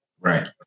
Right